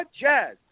Jazz